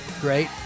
Great